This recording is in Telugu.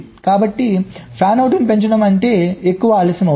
కాబట్టిఫ్యాన్ ఔట్ ని పెంచడం అంటే ఎక్కువ ఆలస్యం అవుతుంది